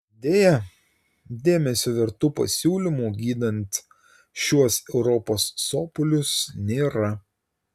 deja dėmesio vertų pasiūlymų gydant šiuos europos sopulius nėra